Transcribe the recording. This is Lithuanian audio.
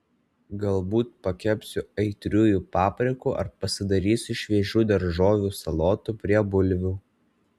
galbūt pakepsiu aitriųjų paprikų ar pasidarysiu šviežių daržovių salotų prie bulvių